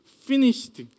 finished